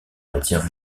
matières